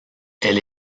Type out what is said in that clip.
elle